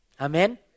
Amen